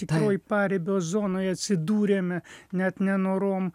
toj paribio zonoj atsidūrėme net nenorom